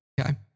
Okay